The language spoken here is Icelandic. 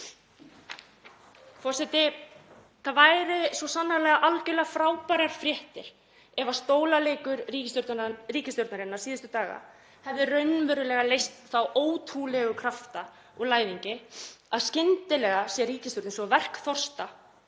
Það væru svo sannarlega algjörlega frábærar fréttir ef stólaleikur ríkisstjórnarinnar síðustu daga hefði raunverulega leyst þá ótrúlegu krafta úr læðingi að skyndilega sé ríkisstjórnin svo verkþyrst